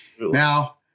now